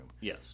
yes